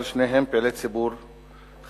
אבל שניהם פעילי ציבור חשובים.